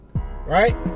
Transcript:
right